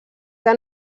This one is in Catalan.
que